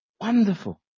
Wonderful